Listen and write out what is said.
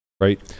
right